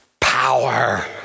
power